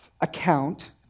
account